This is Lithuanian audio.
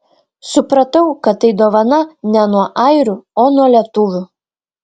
supratau kad tai dovana ne nuo airių o nuo lietuvių